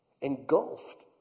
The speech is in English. engulfed